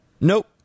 Nope